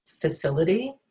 facility